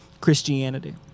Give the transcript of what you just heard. Christianity